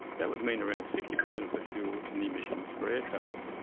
that would mean around sixty percent of the fuel and the emissions for air travel.